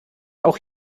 auch